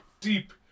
deep